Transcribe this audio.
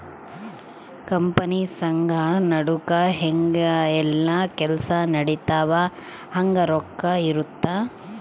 company ಸಂಘ ನಡುಕ ಹೆಂಗ ಯೆಲ್ಲ ಕೆಲ್ಸ ನಡಿತವ ಹಂಗ ರೊಕ್ಕ ಇರುತ್ತ